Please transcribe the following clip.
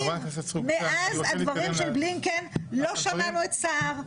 מאז הדברים של בלינקן לא שמענו את סער,